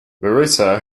marisa